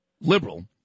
liberal